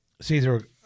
Caesar